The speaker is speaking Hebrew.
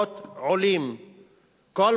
נכנסת למרכול,